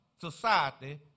society